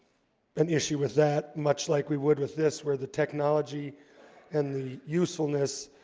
an issue with that much like we would with this where the technology and the usefulness